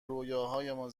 رویاهایمان